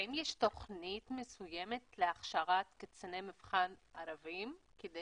האם יש תוכנית מסוימת להכשרת קציני מבחן ערבים כדי